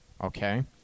okay